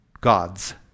gods